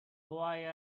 why